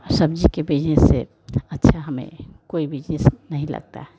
सब्ज़ी के बिजनेस से अच्छा हमे कोई बिजनेस नहीं लगता